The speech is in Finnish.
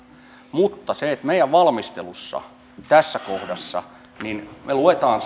mutta meidän valmistelussamme tässä kohdassa me luemme